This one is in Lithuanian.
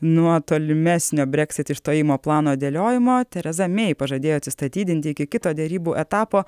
nuo tolimesnio breksit išstojimo plano dėliojimo tereza mei pažadėjo atsistatydinti iki kito derybų etapo